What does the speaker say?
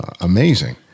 amazing